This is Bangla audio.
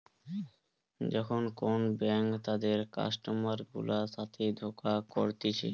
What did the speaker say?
যখন কোন ব্যাঙ্ক তাদের কাস্টমার গুলার সাথে ধোকা করতিছে